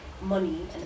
money